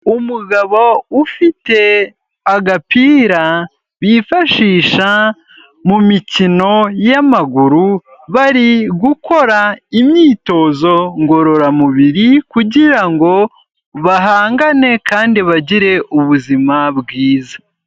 Umugabo ufite agapira bifashisha mu mikino y'amaguru, bari gukora imyitozo ngororamubiri kugira ngo bahangane kandi bagire ubuzima bwiza.